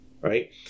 right